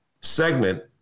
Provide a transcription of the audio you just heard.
segment